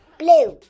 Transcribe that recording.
blue